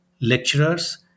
lecturers